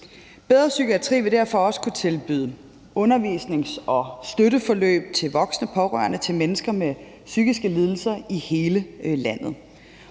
Bedre Psykiatri vil derfor også kunne tilbyde undervisnings- og støtteforløb til voksne pårørende til mennesker med psykiske lidelser i hele landet.